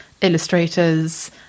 illustrators